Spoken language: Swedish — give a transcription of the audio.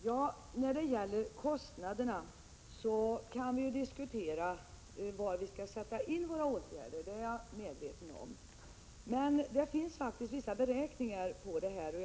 Herr talman! När det gäller kostnaderna är jag medveten om att man kan diskutera var vi skall sätta in våra åtgärder. Men det finns faktiskt vissa beräkningar på detta område.